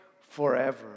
forever